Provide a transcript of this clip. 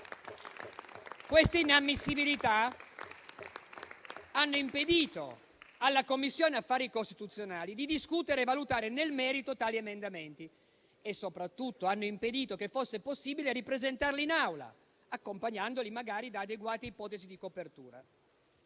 Queste inammissibilità hanno impedito alla Commissione affari costituzionali di discutere e valutare nel merito tali emendamenti e soprattutto hanno impedito che fosse possibile ripresentarli in Aula, accompagnandoli magari da adeguate ipotesi di copertura.